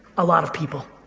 a lot of people.